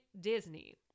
Disney